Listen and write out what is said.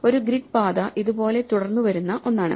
ഒരു ഗ്രിഡ് പാത ഇതുപോലെ തുടർന്നുവരുന്ന ഒന്നാണ്